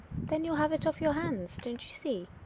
then you'll have it off your hands, don't you see.